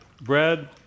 bread